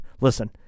listen